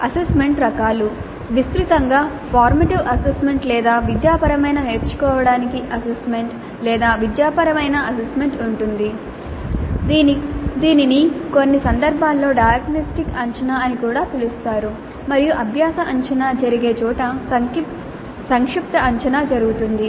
assessment రకాలు విస్తృతంగా formative assessment లేదా విద్యాపరమైన నేర్చుకోడానికి అసెస్మెంట్ లేదా విద్యాపరమైన అసెస్మెంట్ ఉంది దీనిని కొన్ని సందర్భాల్లోdiagnostic అంచనా అని కూడా పిలుస్తారు మరియు అభ్యాస అంచనా జరిగే చోట సంక్షిప్త అంచనా జరుగుతుంది